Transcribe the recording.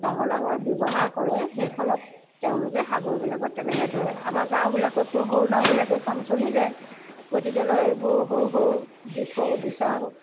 ডাঙৰ ডাঙৰ ব্যৱহাৰ কৰে সেইখনত তেওঁলোকে সাগৰবিলাকত তেনেকৈ ধৰে আমাৰ গাঁওবিলাকতটো সৰু নাওবিলাকে কাম চলি যায় গতিকেলৈ এইবোৰ সৰু সৰু দিখৌ দিচাং